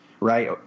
right